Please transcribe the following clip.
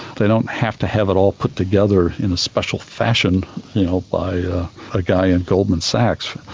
they don't have to have it all put together in a special fashion you know by a guy in goldman sachs.